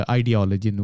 ideology